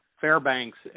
Fairbanks